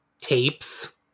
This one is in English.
tapes